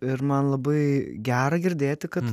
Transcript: ir man labai gera girdėti kad tau atrodo